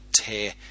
tear